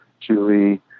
Julie